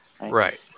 Right